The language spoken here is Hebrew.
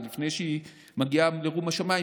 או עוד לפני שהיא מגיעה לרום השמיים,